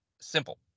simple